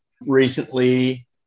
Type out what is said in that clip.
Recently